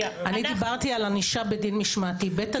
אני דיברתי על ענישה בדין משמעתי.